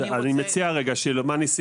אם אין יותר הערות לפרק ז',